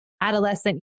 adolescent